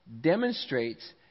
demonstrates